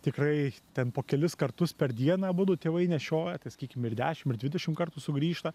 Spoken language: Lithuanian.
tikrai ten po kelis kartus per dieną abudu tėvai nešioja tai sakykim ir dešim ir dvidešim kartų sugrįžta